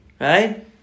right